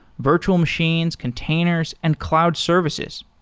virtual machines, containers and cloud services.